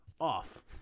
off